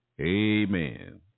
Amen